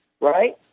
right